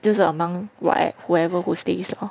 就是 among who~ whoever who stays lor